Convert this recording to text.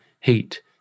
heat